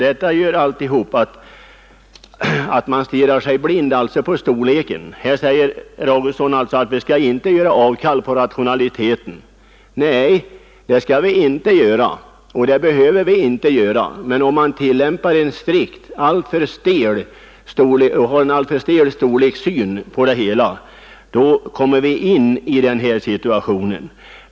Herr Augustsson sade att vi inte skall göra avkall på rationaliteten. Nej, det skall vi inte göra, och det behöver vi inte heller. Men man får inte ha en alltför stel syn när det gäller storleken.